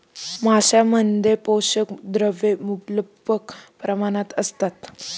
मांसामध्ये पोषक द्रव्ये मुबलक प्रमाणात असतात